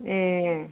ए